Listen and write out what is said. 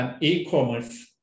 e-commerce